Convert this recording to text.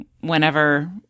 whenever